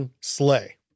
Slay